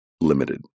limited